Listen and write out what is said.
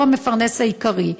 הוא המפרנס העיקרי,